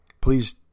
Please